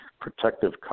Protective